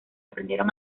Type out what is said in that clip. aprendieron